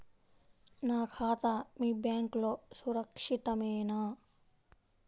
నా ఖాతా మీ బ్యాంక్లో సురక్షితమేనా?